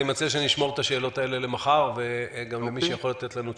אני מציע שנשמור את השאלות האלה למחר וגם למי שיכול לתת לנו תשובות.